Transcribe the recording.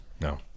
No